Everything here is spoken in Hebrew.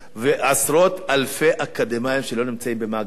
ועשרות אלפי אקדמאים שלא נמצאים במעגל העבודה.